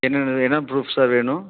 என்னான்னது என்ன proof sir வேணும்